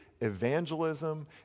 evangelism